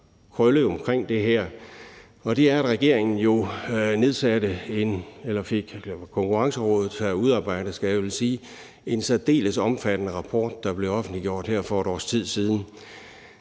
krølle på det her, og det er, at regeringen jo fik Konkurrencerådet til at udarbejde en særdeles omfattende rapport, der blev offentliggjort her for et år siden.